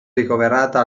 ricoverata